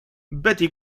betty